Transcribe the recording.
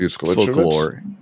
folklore